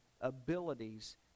abilities